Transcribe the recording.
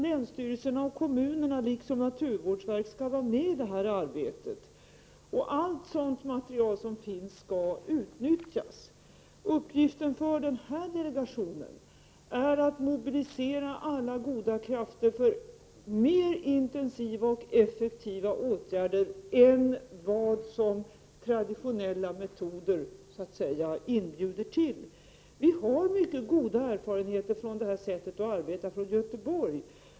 Länsstyrelserna och kommunerna liksom naturvårdsverket skall delta i detta arbete, och allt det material som finns skall utnyttjas. Uppgiften för den här delegationen är att mobilisera alla goda krafter för att åstadkomma mer intensiva och effektiva åtgärder än de som traditionella metoder så att säga inbjuder till. Vi har från Göteborg mycket goda erfarenheter av det här sättet att arbeta.